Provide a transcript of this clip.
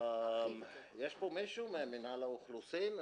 יש פה מישהו ממינהל האוכלוסין?